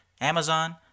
Amazon